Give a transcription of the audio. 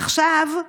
עכשיו,